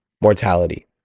mortality